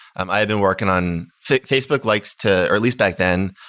um i've been working on facebook likes to, or at least back then,